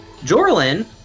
Jorlin